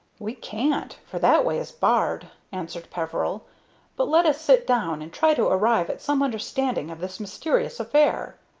we can't, for that way is barred, answered peveril but let us sit down and try to arrive at some understanding of this mysterious affair.